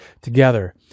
together